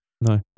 No